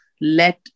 let